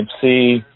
see